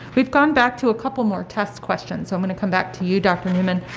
we've gone back to a couple more test questions so i'm going to come back to you, dr. newman.